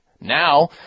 Now